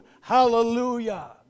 hallelujah